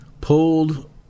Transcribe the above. pulled